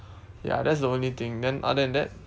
ya that's the only thing then other than that